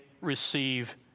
receive